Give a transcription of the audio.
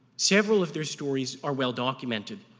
several of their stories are well documented.